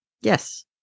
Yes